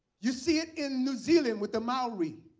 you see it in new zealand with the maori.